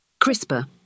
CRISPR